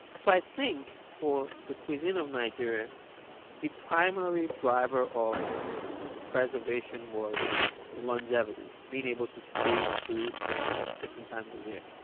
so i think for the cuisine of nigeria the primary driver of preservation was longevity, being able to save food for different times a year.